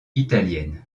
italiennes